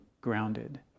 grounded